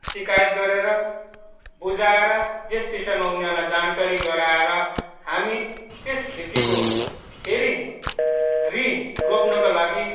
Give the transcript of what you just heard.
सिकायत गरेर बुझाएर यस विषयमा उनीहरूलाई जानकारी गराएर हामी त्यस खेतीको फेरि री रोप्नको लागि